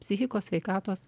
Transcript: psichikos sveikatos